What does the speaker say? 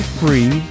free